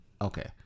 Okay